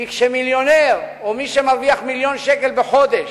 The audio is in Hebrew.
כי כשמיליונר, או מי שמרוויח מיליון שקל בחודש,